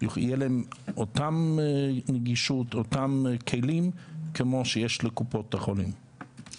תהיה להם אותה נגישות ואותם כלים כמו שיש לקופות החולים.